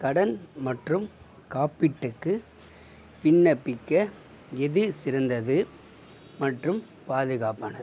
கடன் மற்றும் காப்பீட்டுக்கு விண்ணப்பிக்க எது சிறந்தது மற்றும் பாதுகாப்பானது